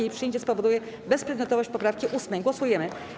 Jej przyjęcie spowoduje bezprzedmiotowość poprawki 8. Głosujemy.